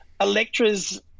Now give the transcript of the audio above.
Electra's